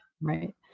Right